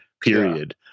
period